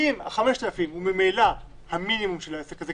אם 5,000 שקל הוא ממילא המינימום של העסק הזה,